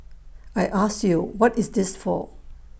I ask you what is this for